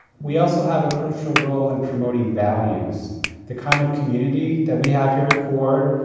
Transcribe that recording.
we also have a crucial role in promoting values the kind of community that we have here at ford,